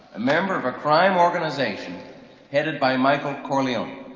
a member of a crime organization headed by michael corleone?